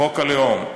חוק הלאום.